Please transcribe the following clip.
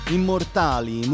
Immortali